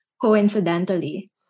coincidentally